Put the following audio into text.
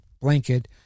blanket